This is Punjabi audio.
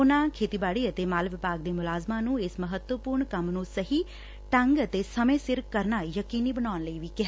ਉਨੂਾ ਖੇਤੀਬਾਤੀ ਅਤੇ ਮਾਲ ਵਿਭਾਗ ਦੇ ਮੁਲਾਜ਼ਮਾਂ ਨੂੰ ਇਸ ਮਹੱਤਵਪੁਰਨ ਕੰਮ ਨੂੰ ਸਹੀ ਢੰਗ ਅਤੇ ਸਮੇਂ ਸਿਰ ਕਰਨਾ ਯਕੀਨੀ ਬਣਾਉਣ ਲਈ ਕਿਹਾ